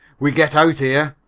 we get out here,